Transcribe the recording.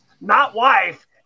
not-wife